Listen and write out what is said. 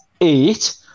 eight